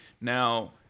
now